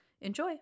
Enjoy